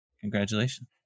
Congratulations